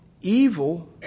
evil